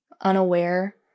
unaware